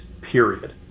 period